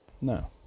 No